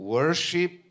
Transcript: Worship